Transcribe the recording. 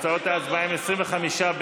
תוצאות ההצבעה הן 25 בעד,